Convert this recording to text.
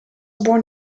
born